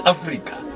Africa